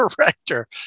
director